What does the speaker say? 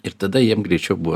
ir tada jiem greičiau buvo